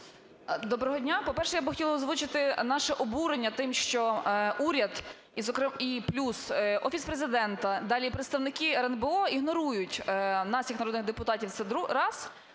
Доброго дня! По-перше, я би хотіла озвучили наше обурення тим, що уряд і плюс Офіс Президента, далі і представники РНБО ігнорують нас як народних депутатів – це раз.